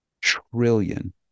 trillion